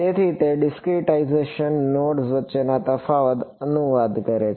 તેથી તે discretization nodes વચ્ચેના તફાવતમાં અનુવાદ કરે છે